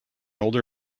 older